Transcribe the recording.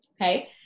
Okay